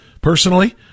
Personally